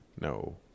No